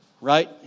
right